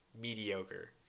mediocre